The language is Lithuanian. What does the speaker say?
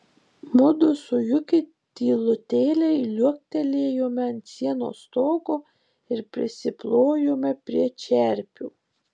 mudu su juki tylutėliai liuoktelėjome ant sienos stogo ir prisiplojome prie čerpių